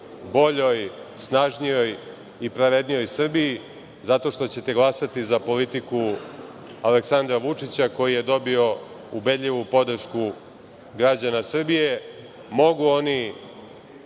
boljoj, snažnijoj i pravednijoj Srbiji, zato što ćete glasati za politiku Aleksandra Vučića koji je dobio ubedljivu podršku građana Srbije. Mogu oni